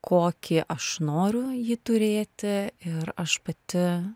kokį aš noriu jį turėti ir aš pati